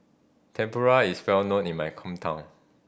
tempura is well known in my hometown